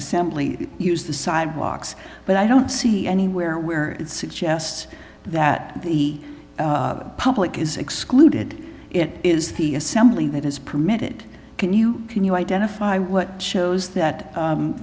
assembly use the sidewalks but i don't see anywhere where it suggests that the public is excluded it is the assembly that is permitted can you can you identify what shows that